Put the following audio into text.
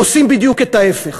עושים בדיוק את ההפך.